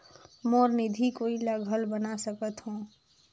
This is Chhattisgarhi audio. मोर निधि कोई ला घल बना सकत हो?